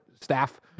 staff